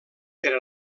per